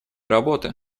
работы